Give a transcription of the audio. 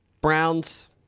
Brown's